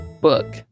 book